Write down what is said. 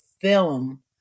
film